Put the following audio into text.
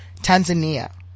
Tanzania